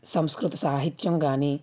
సంస్కృత సాహిత్యం కానీ